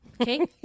okay